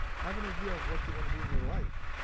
have an idea of what you want to do in your life.